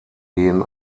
gehen